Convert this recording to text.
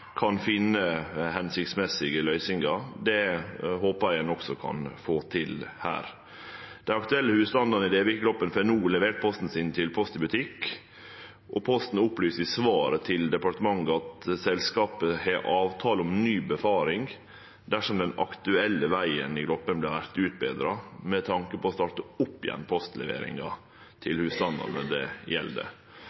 kan finne hensiktsmessige løysingar. Det håpar eg ein også kan få til her. Dei aktuelle husstandane i Devik i Gloppen får no levert posten sin til Post i butikk. Posten opplyser i svaret til departementet at selskapet har avtale om ny synfaring dersom den aktuelle vegen i Gloppen vert utbetra, med tanke på å starte opp igjen postleveringa